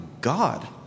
God